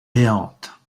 béante